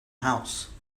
house